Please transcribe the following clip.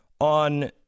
on